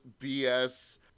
BS